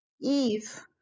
Eve